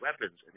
weapons